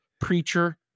Preacher